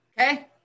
okay